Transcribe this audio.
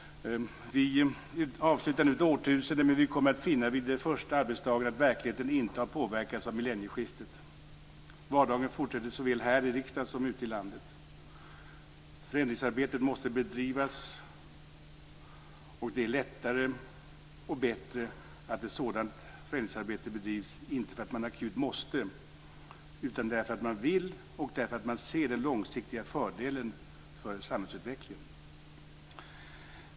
Vi avslutar nu ett årtusende, men vi kommer att finna vid de första arbetsdagarna att verkligheten inte har påverkats av millennieskiftet. Vardagen fortsätter såväl här i riksdagen som ute i landet. Förändringsarbetet måste bedrivas, och det är lättare och går bättre att bedriva ett sådant arbete inte därför att man akut måste utan därför att man vill och därför att man ser den långsiktiga fördelen för samhällsutvecklingen.